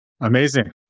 Amazing